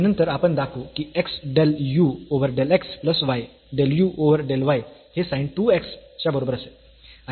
आणि नंतर आपण दाखवू की x del u over del x plus y del u over del y हे sin 2 x च्या बरोबर असेल